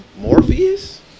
Morpheus